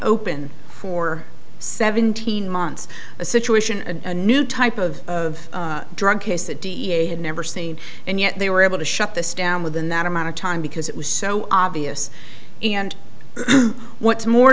open for seventeen months a situation and a new type of drug case the da had never seen and yet they were able to shut this down within that amount of time because it was so obvious and what's more